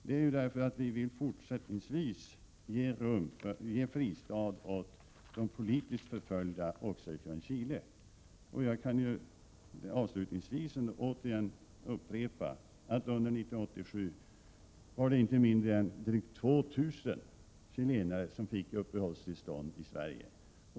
Anledningen är den att vi även i fortsättningen vill ge fristad åt politiskt förföljda människor från Chile. Avslutningsvis kan jag upprepa att det under 1987 var inte mindre än drygt 2 000 chilenare som fick uppehållstillstånd i Sverige.